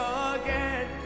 again